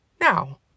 now